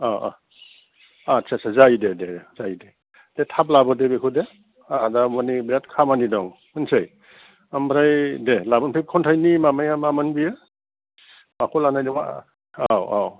औ औ आटसा आटसा जायो दे दे जायो दे एसे थाब लाबोदो बेखौ दे आंहा दामानि बेरात खामानि दं मिन्थिबाय ओमफ्राय दे लाबो दे ओमफ्राय खन्थायनि माबाया मामोन बेयो माखौ लानो नागेरदों मा औ औ